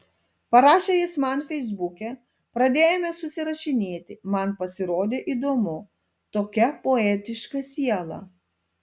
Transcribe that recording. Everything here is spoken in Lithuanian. parašė jis man feisbuke pradėjome susirašinėti man pasirodė įdomu tokia poetiška siela